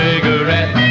Cigarette